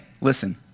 listen